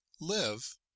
Live